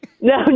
no